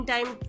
Time